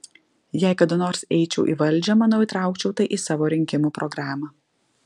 jei kada nors eičiau į valdžią manau įtraukčiau tai į savo rinkimų programą